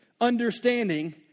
understanding